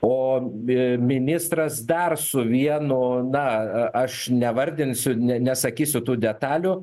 o be ministras dar su vienu na a aš nevardinsiu ne nesakysiu tų detalių